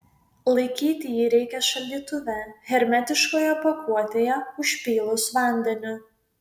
laikyti jį reikia šaldytuve hermetiškoje pakuotėje užpylus vandeniu